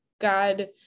God